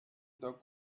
the